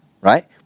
right